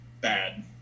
bad